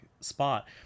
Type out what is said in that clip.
spot